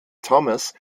thomas